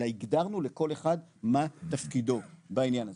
אלא הגדרנו לכל אחד מה תפקידו בעניין הזה,